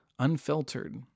unfiltered